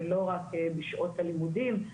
ולא רק בשעות הלימודים.